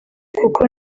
kuko